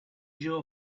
your